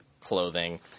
clothing